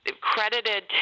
credited